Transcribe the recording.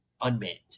unmanned